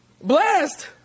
blessed